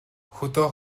хөдөө